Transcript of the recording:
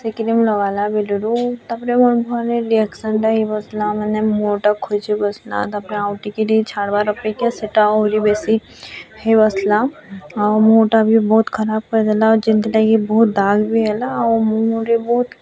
ସେ କ୍ରିମ୍ ଲଗାଲା ବେଲୁରୁ ତା'ପରେ ମୋର୍ ମୁହଁରେ ରିଆକସନ୍ ହେଇବସଲା ମାନେ ମୁହଁ ଟା ଖୋଜି ବସଲା ତା'ପରେ ଆଉ ଟିକେ ଟିକେ ଛାଡ଼ବାର୍ ଅପେକ୍ଷା ସେଇଟା ଆହୁରି ବେଶି ହେଇବସଲା ଆଉ ମୁହଁଟା ବି ବହୁତ୍ ଖରାପ କରଦେଲା ଆଉ ଯେନ୍ତି ଲାଗି ବହୁତ୍ ଦାଗ୍ବି ହେଲା ଆଉ ମୁହଁରେ ବହୁତ୍